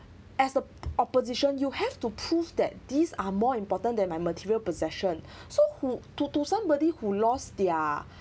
as a opposition you have to prove that these are more important than my material possession so who to to somebody who lost their